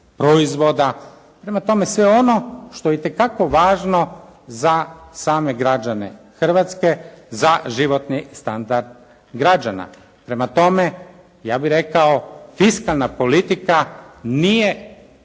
proizvoda. Prema tome, sve ono što je itekako važno za same građane Hrvatske, za životni standard građana. Prema tome, ja bih rekao fiskalna politika nije